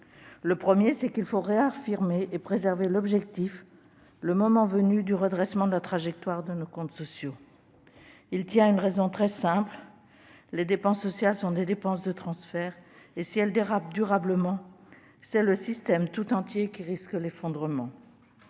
exprime la nécessité de réaffirmer et de préserver, le moment venu, l'objectif du redressement de la trajectoire de nos comptes sociaux. Il tient à une raison très simple : les dépenses sociales sont des dépenses de transfert ; si elles dérapent durablement, c'est le système tout entier qui risque l'effondrement.